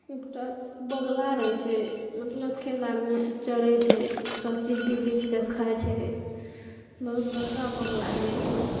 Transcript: एकटा बोगुला रहै छै मतलब खेत आरमे चरै छै सब चीज बीछ बीछ कऽ खाय छै बहुत बड़का बोगुला रहै छै